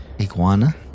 Iguana